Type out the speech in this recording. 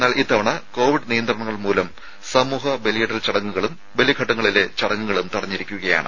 എന്നാൽ ഇത്തവണ കോവിഡ് നിയന്ത്രണങ്ങൾമൂലം സമൂഹ ബലിയിടൽ ചടങ്ങുകളും ബലിഘട്ടങ്ങളിലെ ചടങ്ങുകളും തടഞ്ഞിരിക്കുകയാണ്